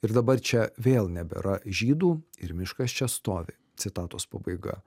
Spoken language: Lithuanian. ir dabar čia vėl nebėra žydų ir miškas čia stovi citatos pabaiga